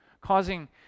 causing